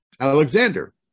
Alexander